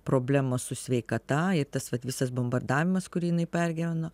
problemos su sveikata ir tas vat visas bombardavimas kurį jinai pergyveno